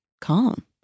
calm